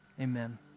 Amen